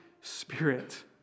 Spirit